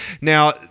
Now